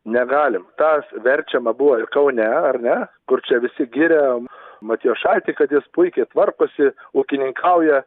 negalim tas verčiama buvo ir kaune ar ne kur čia visi giria matijošaitį kad jis puikiai tvarkosi ūkininkauja